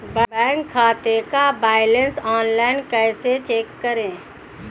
Bank खाते का balance online कैसे चेक करें?